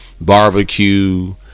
barbecue